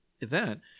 event